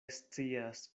scias